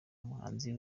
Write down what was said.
umuhanzi